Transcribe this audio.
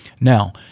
Now